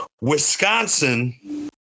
Wisconsin